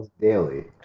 daily